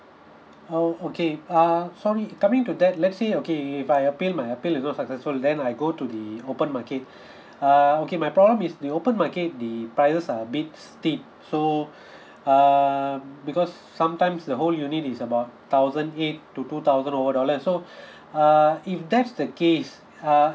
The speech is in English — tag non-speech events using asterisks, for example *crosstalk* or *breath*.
oh okay err sorry coming to that let's say okay if I appeal my appeal is not successful then I go to the open market *breath* uh okay my problem is the open market the prices are a bit steep so *breath* err because sometimes the whole unit is about thousand eight to two thousand over dollars so *breath* uh if that's the case uh